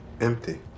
Empty